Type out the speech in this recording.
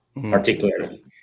particularly